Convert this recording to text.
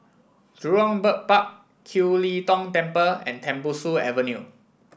Jurong Bird Park Kiew Lee Tong Temple and Tembusu Avenue